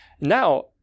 Now